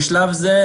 בשלב זה,